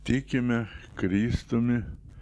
tikime kristumi